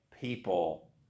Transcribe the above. people